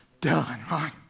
done